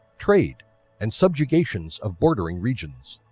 trade and subjugations of bordering regions.